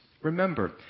Remember